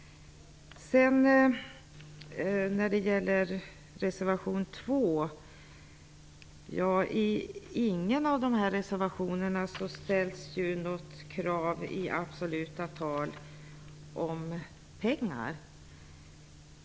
Inte i någon reservation ställs något krav på pengar i absoluta tal.